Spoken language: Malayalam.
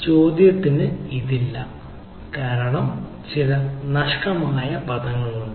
ചോദ്യത്തിൽ ഇത് ഇല്ല കാരണം ചില നഷ്ടമായ പദങ്ങളുണ്ട്